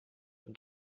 und